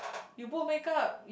you put make-up